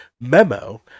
memo